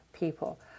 people